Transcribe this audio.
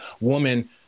woman